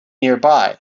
nearby